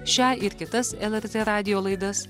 šią ir kitas lrt radijo laidas